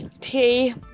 Tea